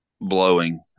blowing